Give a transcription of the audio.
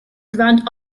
grand